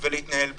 ולהתנהל בהתאם.